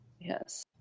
Yes